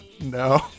No